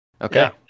okay